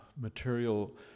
material